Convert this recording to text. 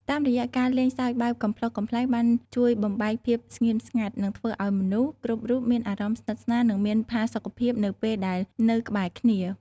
តាមរយៈការលេងសើចបែបកំប្លុកកំប្លែងបានជួយបំបែកភាពស្ងៀមស្ងាត់ និងធ្វើឱ្យមនុស្សគ្រប់រូបមានអារម្មណ៍ស្និទ្ធស្នាលនិងមានផាសុខភាពនៅពេលដែលនៅក្បែរគ្នា។